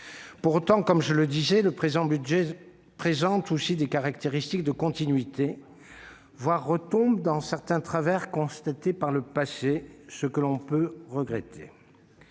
Pour autant, comme je le disais, le présent budget présente aussi des caractéristiques de continuité ; on pourrait même dire qu'il retombe dans certains travers constatés par le passé, ce que l'on peut regretter.